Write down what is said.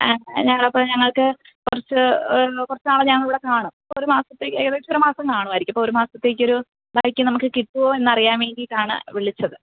ആ ആ ഞങ്ങള്ക്കു കുറച്ച് കുറച്ചു നാള് ഞങ്ങളിവിടെക്കാണും ഇപ്പോള് ഒരു മാസത്തേക്ക് ഏകദേശമൊരു മാസം കാണുമായിരിക്കും ഇപ്പോള് ഒരു മാസത്തേക്കൊരു ബൈക്ക് നമുക്ക് കിട്ടുമോ എന്നറിയാന് വേണ്ടിയിട്ടാണു വിളിച്ചത്